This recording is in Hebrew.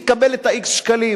היא תקבל את x השקלים.